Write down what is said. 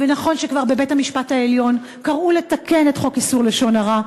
ונכון שבבית-המשפט העליון כבר קראו לתקן את חוק איסור לשון הרע,